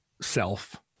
self